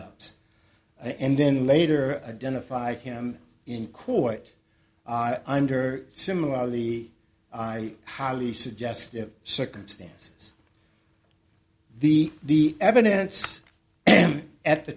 ups and then later identified him in court under similarly i highly suggestive circumstances the the evidence at the